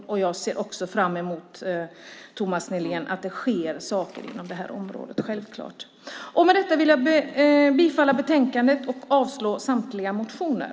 Jag ser självklart också fram emot att det sker saker inom det här området. Jag yrkar bifall till förslaget i betänkandet och avslag på samtliga motioner.